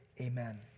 Amen